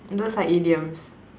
those are idioms